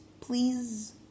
please